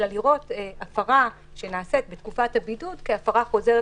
אלא לראות הפרה שנעשית בתקופת הבידוד כהפרה חוזרת